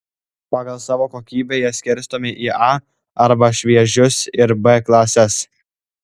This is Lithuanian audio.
pagal savo kokybę jie skirstomi į a arba šviežius ir b klases